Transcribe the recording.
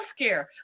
healthcare